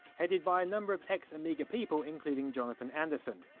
headed by a number of ex-amiga people including jonathan anderson.